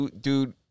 dude